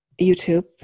YouTube